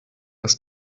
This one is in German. das